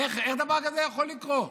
איך דבר כזה יכול לקרות?